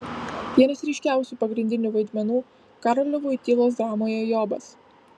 vienas ryškiausių pagrindinių vaidmenų karolio voitylos dramoje jobas